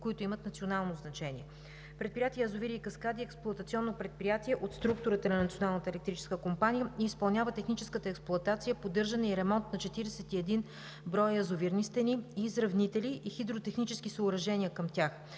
които имат национално значение. Предприятие „Язовири и каскади“ е експлоатационно предприятие от структурата на Националната електрическа компания и изпълнява техническата експлоатация, поддържане и ремонт на 41 броя язовирни стени и изравнители, и хидротехнически съоръжения към тях,